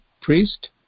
priest